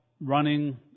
running